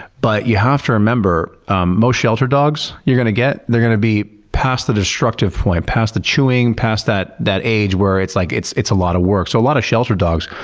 but you have to remember um most shelter dogs you're going to get, they're going to be past the destructive point, past the chewing, past that that age where it's like it's a lot of work. so a lot of shelter dogs,